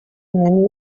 many